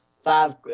five